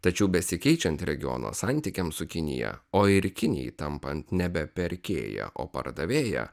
tačiau besikeičiant regiono santykiams su kinija o ir kinijai tampant nebe pirkėja o pardavėja